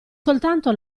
soltanto